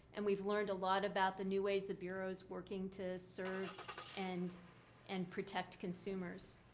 and we've learned a lot about the news ways the bureau is working to serve and and protect consumers.